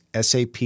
SAP